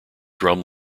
drum